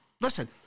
listen